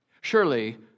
Surely